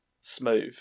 Smooth